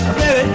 baby